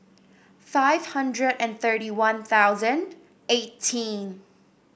five hundred and thirty One Thousand eighteen